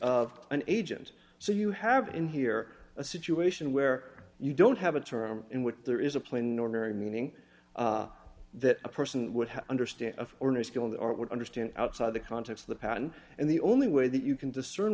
of an agent so you have in here a situation where you don't have a term in which there is a plain ordinary meaning that a person would have understand a foreigner skilled or would understand outside the context of the patent and the only way that you can discern